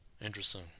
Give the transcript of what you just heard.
Interesting